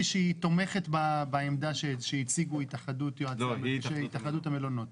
שהיא תומכת בעמדה שהציגו התאחדות המלונות.